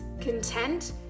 content